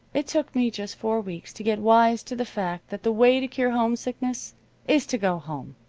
it took me just four weeks to get wise to the fact that the way to cure homesickness is to go home.